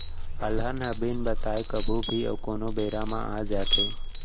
अलहन ह बिन बताए कभू भी अउ कोनों बेरा म आ जाथे